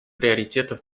приоритетов